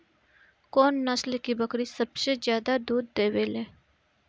कौन नस्ल की बकरी सबसे ज्यादा दूध देवेले?